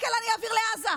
אני שואל, איפה מעבירים לעזה?